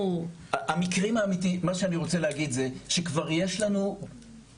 מה שאני רוצה להגיד זה שכבר יש לנו נשים,